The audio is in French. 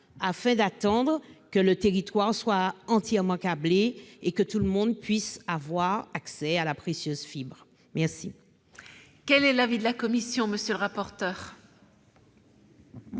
afin d'attendre que le territoire soit entièrement câblé et que tout le monde puisse avoir accès à la précieuse fibre. Quel est l'avis de la commission ? La